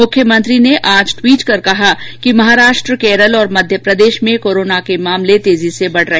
मुख्यमंत्री ने आज ट्वीट कर कहा कि महाराष्ट्र केरल और मध्य प्रदेश में कोरोना के मामले तेजी से बढ़ रहे हैं